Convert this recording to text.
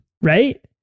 Right